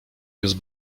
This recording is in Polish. jest